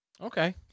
Okay